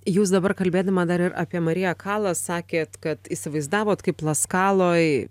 jūs dabar kalbėdama dar ir apie marija kalas sakėt kad įsivaizdavote kaip laskaloj